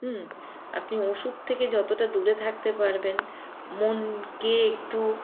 হুম আপনি ওষুধ থেকে যতটা দূরে থাকতে পারবেন মনকে একটু